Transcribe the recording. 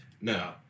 No